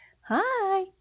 Hi